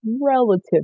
relative